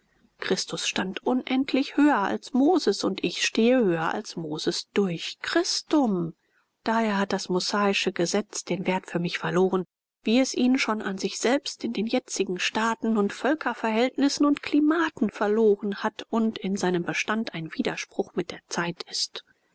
christus stand unendlich höher als moses und ich stehe höher als moses durch christum daher hat das mosaische gesetz den wert für mich verloren wie es ihn schon an sich selbst in den jetzigen staaten und völkerverhältnissen und klimaten verloren hat und in seinem bestand ein widerspruch mit der zeit ist